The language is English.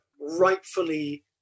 rightfully